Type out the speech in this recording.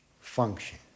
function